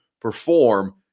perform